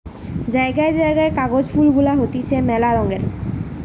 জায়গায় জায়গায় কাগজ ফুল গুলা হতিছে মেলা রঙের